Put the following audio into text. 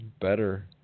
better